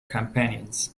companions